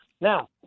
Now